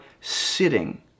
sitting